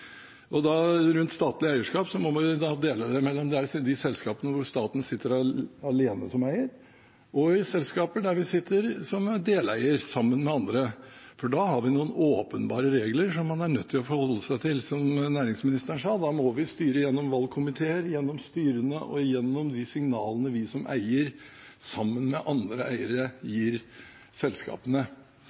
statlig eierskap, må man dele det mellom de selskapene der staten sitter alene som eier, og selskaper der man sitter som deleier sammen med andre, og da har vi noen åpenbare regler som man er nødt til å forholde seg til. Som næringsministeren sa: Da må vi styre gjennom valgkomiteer, gjennom styrene og gjennom de signalene vi som eier, sammen med andre eiere, gir selskapene.